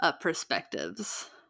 perspectives